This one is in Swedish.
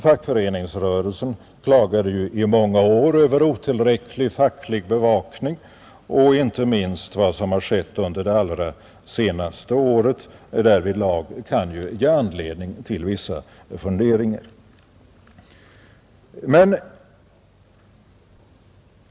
Fackföreningsrörelsen klagade ju i många år över otillräcklig facklig bevakning, och inte minst vad som har skett det allra senaste året kan därvidlag ge anledning till vissa funderingar.